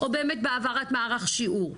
או באמת בהעברת מערך שיעור.